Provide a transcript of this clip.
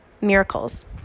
miracles